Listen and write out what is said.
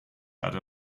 other